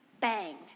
bang